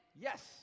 Yes